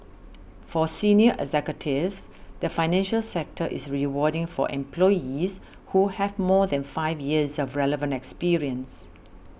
for senior executives the financial sector is rewarding for employees who have more than five years of relevant experience